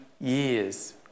years